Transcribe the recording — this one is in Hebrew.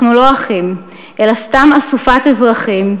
אנחנו לא אחים, אלא סתם אסופת אזרחים,